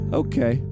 okay